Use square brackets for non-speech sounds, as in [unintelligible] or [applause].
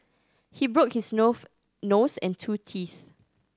he broke his [unintelligible] nose and two teeth